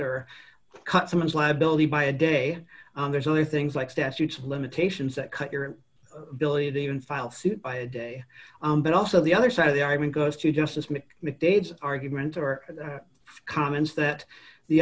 or cut someone's liability by a day there's only things like statutes of limitations that cut your ability to even file suit by a day but also the other side of the argument goes to justice mick mcdade argument or comments that the